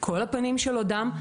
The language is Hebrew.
כל הפנים שלו דם,